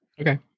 Okay